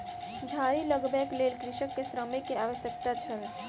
झाड़ी लगबैक लेल कृषक के श्रमिक के आवश्यकता छल